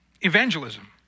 evangelism